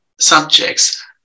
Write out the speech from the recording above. subjects